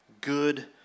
good